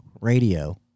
radio